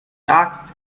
asked